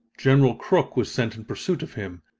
general crook was sent in pursuit of him,